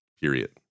period